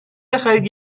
بخرید